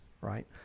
right